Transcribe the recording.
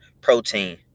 protein